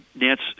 Nance